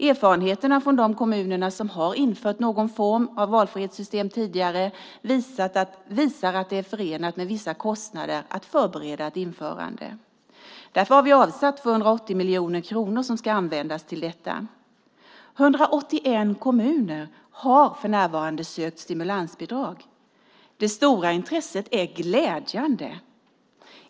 Erfarenheterna från de kommuner som tidigare har infört någon form av valfrihetssystem visar att det är förenat med vissa kostnader att förbereda ett införande. Därför har vi avsatt 280 miljoner kronor som ska användas till detta. För närvarande är det 181 kommuner som har sökt stimulansbidrag. Detta stora intresse är glädjande.